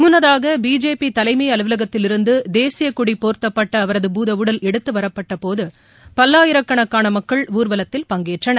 முன்னதாக பிஜேபி தலைமை அலுவலகத்தில் இருந்து தேசிய கொடி போர்த்தப்பட்ட அவரது பூதஉடல் எடுத்து வரப்பட்ட போது பல்லாயிரக்கணக்கான மக்கள் ஊர்வலத்தில் பங்கேற்றனர்